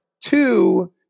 two